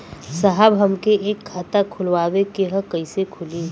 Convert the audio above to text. साहब हमके एक खाता खोलवावे के ह कईसे खुली?